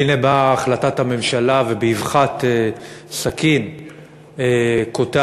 והנה באה החלטת הממשלה ובאבחת סכין קוטעת